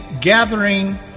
gathering